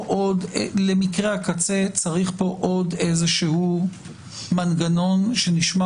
היא שלמקרי הקצה צריך פה עוד מנגנון שנשמע